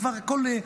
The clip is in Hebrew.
כבר הכול,